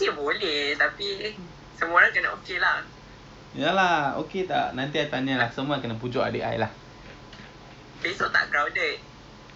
kita terus pergi ubin I boleh tapi perempuan I don't think dia orang pergi sebab besok christina I think dia kena exam so I think she cannot then hafizah dia nak ke